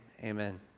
Amen